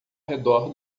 redor